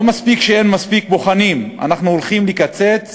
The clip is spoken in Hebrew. לא מספיק שאין מספיק בוחנים, אנחנו הולכים לקצץ